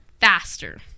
faster